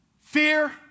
fear